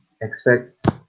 expect